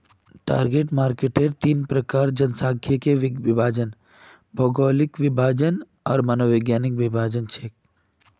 target marketer तीन प्रकार जनसांख्यिकीय विभाजन, भौगोलिक विभाजन आर मनोवैज्ञानिक विभाजन छेक